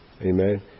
Amen